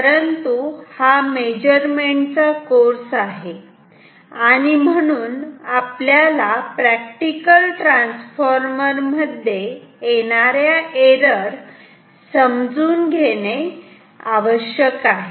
परंतु हा मेजरमेंट चा कोर्स आहे आणि म्हणून आपल्याला प्रॅक्टिकल ट्रान्सफॉर्मर मध्ये येणाऱ्या एरर समजनू घेणे आवश्यक आहे